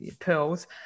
pearls